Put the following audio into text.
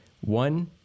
one